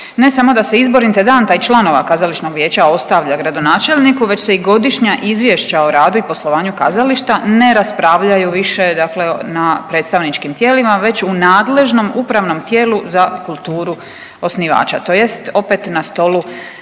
ne samo da izbor intendanta i članova Kazališnog vijeća ostavlja gradonačelniku već se i godišnja izvješća o radu i poslovanju kazališta ne raspravljaju više, dakle na predstavničkim tijelima već u nadležnom upravnom tijelu za kulturu osnivača, tj. opet na stolu